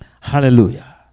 Hallelujah